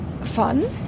Fun